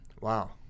Wow